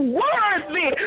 worthy